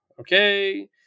okay